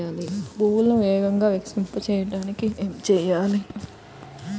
పువ్వులను వేగంగా వికసింపచేయటానికి ఏమి చేయాలి?